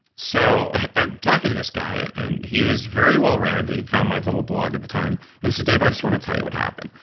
so i'm talking to this guy and he was very well-read. he'd found my little blog at the time and said, dave, i just want to tell you what happened.